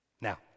Now